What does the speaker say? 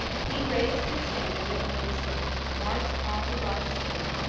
he raised his standard at maidstone, marched on to rochester,